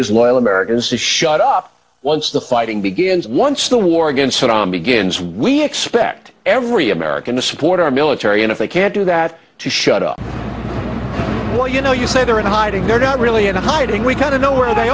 as loyal americans to shut up once the fighting begins once the war against saddam begins we expect every american to support our military and if they can't do that to shut up well you know you say they're in hiding they're not really in hiding we've got to know where they